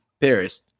Paris